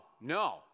no